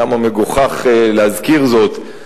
כמה מגוחך להזכיר זאת,